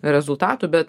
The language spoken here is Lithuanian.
rezultatų bet